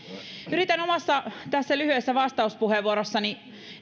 yritän omassa lyhyessä vastauspuheenvuorossani